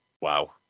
Wow